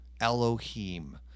Elohim